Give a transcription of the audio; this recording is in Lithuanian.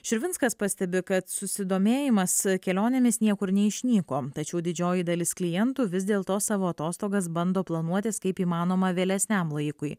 širvinskas pastebi kad susidomėjimas kelionėmis niekur neišnyko tačiau didžioji dalis klientų vis dėl to savo atostogas bando planuotis kaip įmanoma vėlesniam laikui